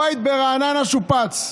הבית ברעננה שופץ.